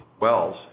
wells